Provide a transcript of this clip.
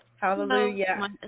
Hallelujah